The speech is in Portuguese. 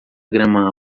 grama